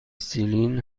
سیلین